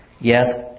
Yes